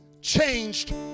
changed